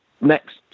next